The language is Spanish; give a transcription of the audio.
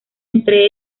entre